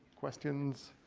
questions?